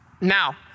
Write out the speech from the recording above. Now